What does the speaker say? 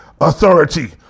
authority